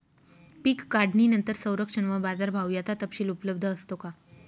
पीक काढणीनंतर संरक्षण व बाजारभाव याचा तपशील उपलब्ध असतो का?